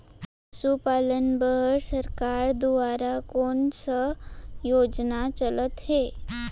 पशुपालन बर सरकार दुवारा कोन स योजना चलत हे?